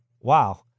wow